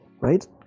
right